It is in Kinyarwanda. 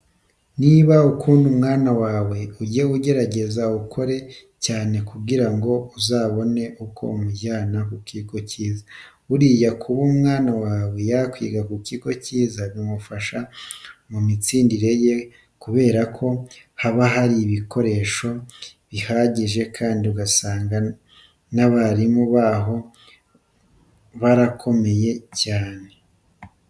Niba ukunda umwana wawe ujye ugerageza ukore cyane kugira ngo uzabone uko umujyana mu kigo cyiza. Buriya kuba umwana wawe yakwiga ku kigo cyiza bimufasha mu mitsindire ye kubera ko haba hari ibikoresho bihagije kandi ugasanga n'abarimu baho barakomeye cyane.